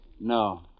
No